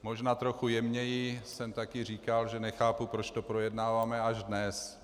Možná trochu jemněji jsem taky říkal, že nechápu, proč to projednáváme až dnes.